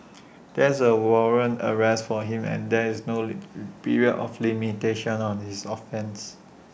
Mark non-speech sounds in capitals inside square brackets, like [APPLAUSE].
[NOISE] there is A warrant arrest for him and there is no [UNINTELLIGIBLE] [NOISE] period of limitation on his offence